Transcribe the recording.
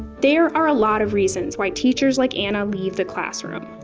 there are a lot of reasons why teachers like anna leaves a classroom,